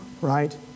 right